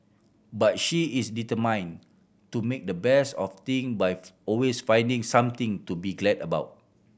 but she is determined to make the best of thing by always finding something to be glad about